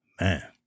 Man